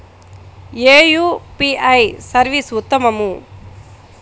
ఏ UPI service ఉత్తమము?